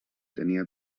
tenia